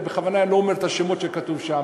בכוונה אני לא אומר את השמות שכתוב שם.